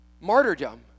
martyrdom